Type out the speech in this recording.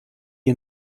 die